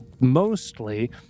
mostly